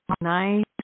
nice